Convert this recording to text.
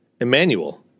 Emmanuel